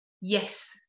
yes